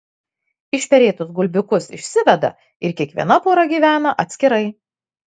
išperėtus gulbiukus išsiveda ir kiekviena pora gyvena atskirai